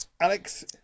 Alex